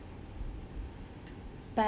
but